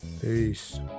Peace